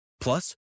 Plus